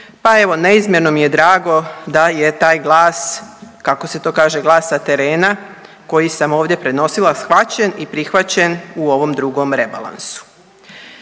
pa evo, neizmjerno mi je drago da je taj glas, kako se to kaže, glas sa terena koji sam ovdje prenosila shvaćen i prihvaćen u ovom drugom rebalansu.